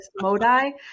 modi